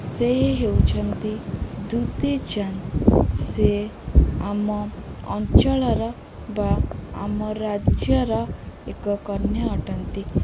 ସେ ହେଉଛନ୍ତି ଦୂତୀ ଚାନ୍ଦ ସେ ଆମ ଅଞ୍ଚଳର ବା ଆମ ରାଜ୍ୟର ଏକ କନ୍ୟା ଅଟନ୍ତି